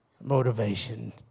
motivation